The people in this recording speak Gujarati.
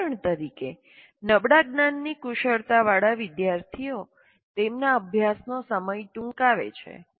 ઉદાહરણ તરીકે નબળા જ્ઞાનની કુશળતાવાળા વિદ્યાર્થીઓ તેમના અભ્યાસનો સમય ટૂંકાવે છે